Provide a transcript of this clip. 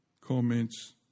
comments